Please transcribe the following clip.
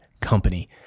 Company